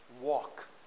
Walk